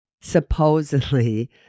supposedly